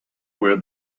where